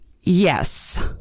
yes